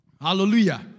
Hallelujah